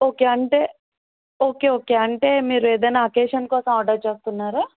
okay అంటే okay okay అంటే మీరు ఏదన్న అకేషన్ కోసం ఆర్డర్ చేస్తున్నారా